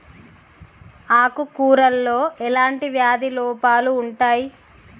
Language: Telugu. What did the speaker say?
ఆకు కూరలో ఎలాంటి వ్యాధి లోపాలు ఉంటాయి?